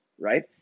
right